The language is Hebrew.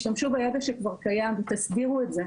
תשתמשו בידע שכבר קיים ותסדירו את זה.